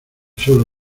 solo